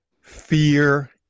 fear